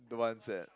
do one set